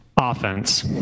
offense